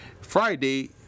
Friday